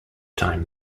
time